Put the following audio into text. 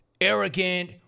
arrogant